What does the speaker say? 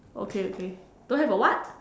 okay okay don't have a what